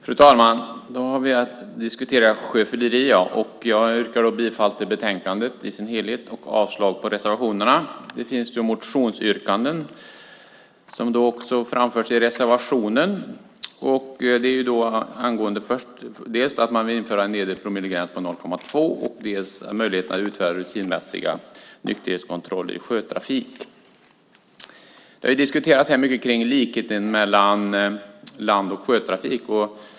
Fru talman! Vi diskuterar sjöfylleri, och jag yrkar bifall till förslaget i betänkandet i dess helhet och avslag på reservationen. Det finns motionsyrkanden som också framförs i reservationen. Det gäller att man vill införa en nedre promillegräns på 0,2 och att man vill införa möjligheten att utföra rutinmässiga nykterhetskontroller i sjötrafik. Det har här diskuterats mycket om likheten mellan land och sjötrafik.